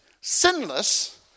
sinless